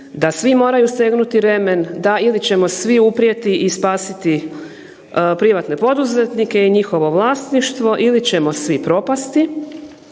da svi moraju stegnuti remen, da ili ćemo svi uprijeti i spasiti privatne poduzetnike i njihove vlasništvo ili ćemo svi propasti